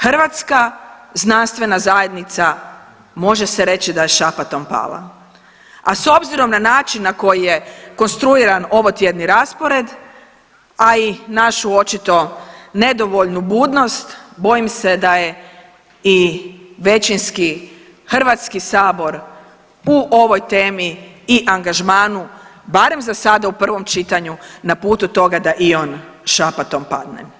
Hrvatska znanstvena zajednica može se reći da je šapatom pala, a s obzirom na način na koji je konstruiran ovotjedni raspored a i našu očito nedovoljnu budnost bojim se da je i većinski Hrvatski sabor u ovoj temi i angažmanu barem za sada u prvom čitanju na putu toga da i on šapatom padne.